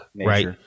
right